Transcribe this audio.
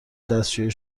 دستشویی